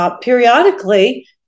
periodically